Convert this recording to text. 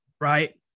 Right